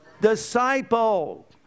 Disciple